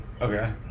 Okay